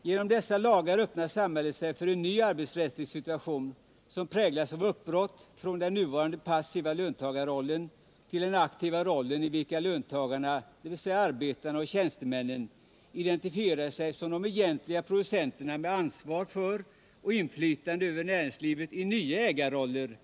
Genom medbestämmandelagarna öppnar samhället sig för en ny arbetsrättslig situation, som präglas av uppbrott från den nuvarande passiva löntagarrollen till den aktiva roll i vilken löntagarna — dvs. arbetarna och tjänstemännen — identifierar sig som de egentliga producenterna med ansvar för och inflytande över näringslivet i nya ägarroller och under förändrade produktionsförhållanden.